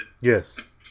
Yes